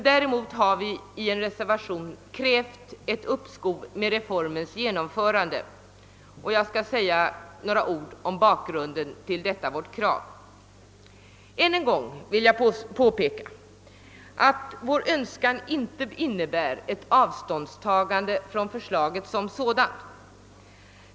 Däremot har vi i en reservation krävt ett uppskov med reformens genomförande, och jag skall säga några ord om bakgrunden till detta vårt krav. Än en gång vill jag påpeka att vår önskan inte ihnebär ett avståndstagande från förslaget som sådant.